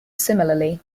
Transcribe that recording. similarly